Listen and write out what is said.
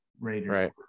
Raiders